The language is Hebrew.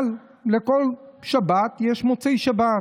אבל לכל שבת יש מוצאי שבת.